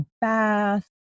bath